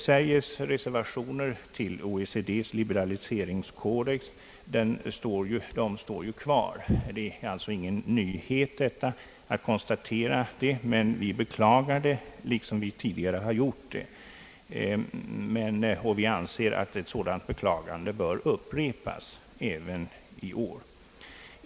Sveriges reservationer till OECD:s liberaliseringskodex kvarstår fortfarande. Det är alltså ingen nyhet att konstatera detta, men vi beklagar det alltjämt, liksom vi tidigare gjort. Vi anser att ett sådant beklagande bör upprepas även i år.